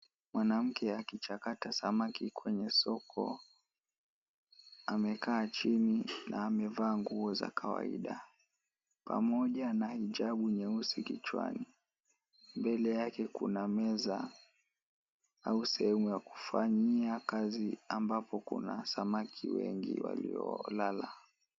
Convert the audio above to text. Mwanamke akichakata samaki kwenye soko, amekaa chini na amevaa nguo za kawaida, pamoja na hijabu nyeusi kichwani. Mbele yake kuna meza au sehemu ya kufanyia kazi ambapo kuna samaki wengi waliolala.